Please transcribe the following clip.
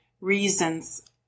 reasons